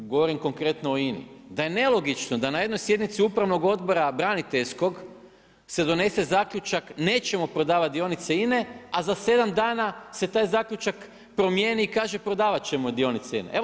Govorim konkretno o INA-i, da je nelogično da na jednoj sjednici upravnog odbora braniteljskog se donese zaključak nećemo prodavati dionice INA-e, a za sedam dana se taj zaključak promijeni i kaže prodavat ćemo dionice INA-e.